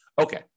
Okay